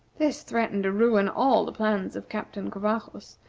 this threatened to ruin all the plans of captain covajos,